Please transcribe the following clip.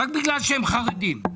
רק בגלל שהם חרדים.